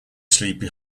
sleepy